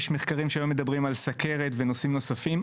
יש מחקרים שמדברים היום גם על סוכרת ונושאים נוספים.